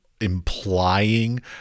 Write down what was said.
implying